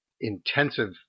intensive